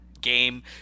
game